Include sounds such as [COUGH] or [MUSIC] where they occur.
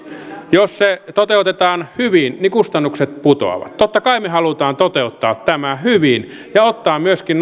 jos se toteutetaan hyvin kustannukset putoavat totta kai me haluamme toteuttaa tämän hyvin ja huomioida myöskin [UNINTELLIGIBLE]